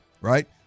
Right